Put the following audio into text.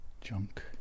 junk